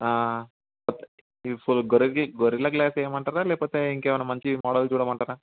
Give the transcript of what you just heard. ఈ ఫుల్ గొరి gorilla glass వేయమంటారా లేకపోతే ఇంకేమైనా మంచి మోడల్ చూడమంటారా